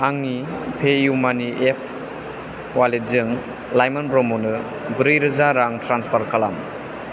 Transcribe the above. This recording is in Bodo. आंनि पेइउ मानि एप अवालेटजों लाइमोन ब्रह्मनो ब्रै रोजा रां ट्रेन्सफार खालाम